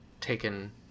taken